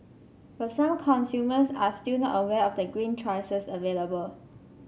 but some consumers are still not aware of the green choices available